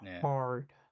hard